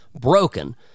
broken